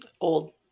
Old